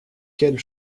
quels